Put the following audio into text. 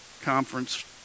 conference